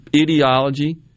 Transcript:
ideology